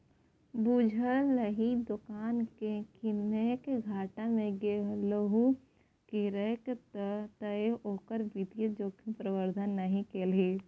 बुझलही दोकान किएक घाटा मे गेलहु किएक तए ओकर वित्तीय जोखिम प्रबंधन नहि केलही